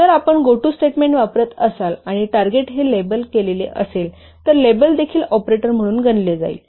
तर जर आपण Goto स्टेटमेंट वापरत असाल आणि टार्गेट हे लेबल केलेले असेल तर लेबल देखील ऑपरेटर म्हणून गणले जाईल